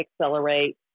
accelerate